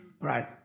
Right